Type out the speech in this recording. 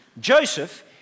Joseph